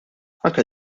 anke